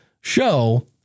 show